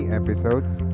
episodes